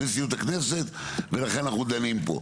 נשיאות הכנסת ולכן אנחנו דנים בו.